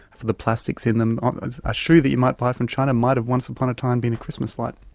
for the plastics in them. um a shoe that you might buy from china might have once upon a time been a christmas light.